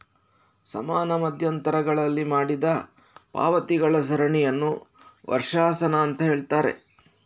ಸಮಾನ ಮಧ್ಯಂತರಗಳಲ್ಲಿ ಮಾಡಿದ ಪಾವತಿಗಳ ಸರಣಿಯನ್ನ ವರ್ಷಾಶನ ಅಂತ ಹೇಳ್ತಾರೆ